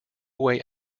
way